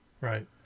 right